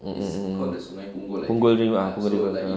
mm mm mm punggol river ah punggol river ya